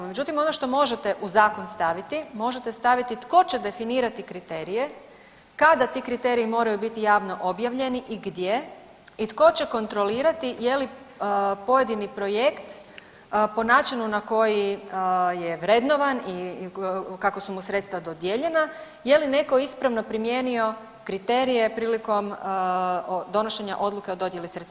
Međutim, ono što možete u zakon staviti, možete staviti tko će definirati kriterije, kada ti kriteriji moraju biti javno objavljeni i gdje i tko će kontrolirati je li pojedini projekt po načinu na koji je vrednovan i kako su mu sredstva dodijeljena, je li netko ispravno primijenio kriterije prilikom donošenja odluke o dodjeli sredstava.